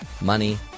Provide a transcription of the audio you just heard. money